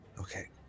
Okay